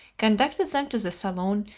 conducted them to the salon,